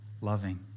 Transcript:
loving